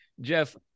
Jeff